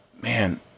man